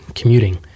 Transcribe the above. commuting